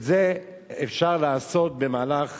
את זה אפשר לעשות במהלך